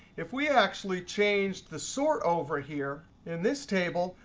if we actually changed the sort over here in this table,